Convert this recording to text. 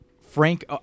Frank